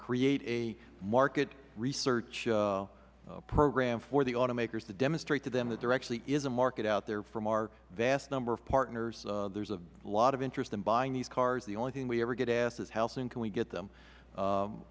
create a market research program for the automakers to demonstrate to them that there actually is a market out there from our vast number of partners there is a lot of interest in buying these cars the only thing we ever get asked is how soon can we get them